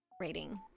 rating